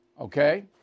okay